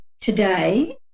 today